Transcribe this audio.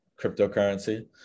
cryptocurrency